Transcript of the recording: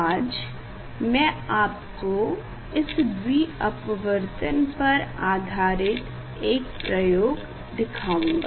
आज मैं आपको इस द्वि अपवर्तन पर आधारित एक प्रयोग दिखाऊँगा